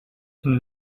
een